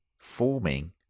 forming